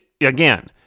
Again